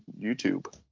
YouTube